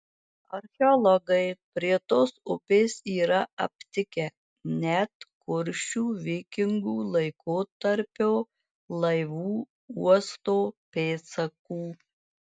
archeologai prie tos upės yra aptikę net kuršių vikingų laikotarpio laivų uosto pėdsakų